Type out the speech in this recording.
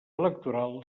electoral